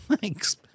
Thanks